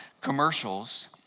commercials